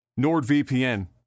NordVPN